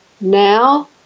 now